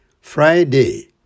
Friday